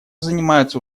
занимаются